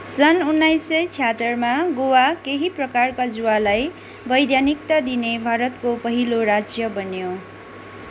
सन् उन्नाइस सय छ्याहत्तरमा गोवा केही प्रकारका जुवालाई वैधानिकता दिने भारतको पहिलो राज्य बन्यो